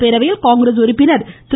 பேரவையில் காங்கிரஸ் உறுப்பினர் திரு